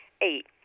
Eight